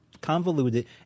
convoluted